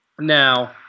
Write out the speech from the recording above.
Now